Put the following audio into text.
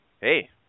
hey